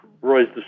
Roy's